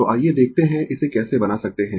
तो आइये देखते है इसे कैसे बना सकते है